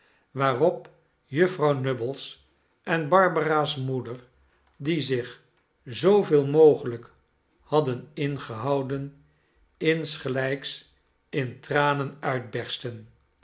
waarop vrouw nubbles en barbara's moeder die zich zooveel mogelijk hadden ingehouden insgelijks in tranen